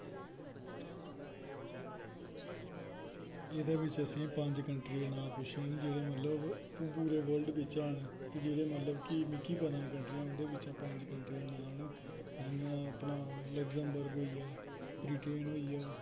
एह्दे बिच्च असेंगी पंज कंट्रियें दे नांऽ पुच्छे गेदे न जेह्ड़ी मतलब पूरे वर्ल्ड बिच्च हैन ते जेह्ड़े मतलब कि मिकी पता न कंट्रियां ओह्दे बिच्चा पंज कंट्रियें दे नांऽ न जियां अपना लग्जमबर्ग होई गेआ ब्रिटेन होई गेआ